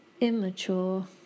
immature